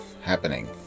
happening